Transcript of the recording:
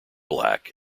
black